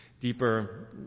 deeper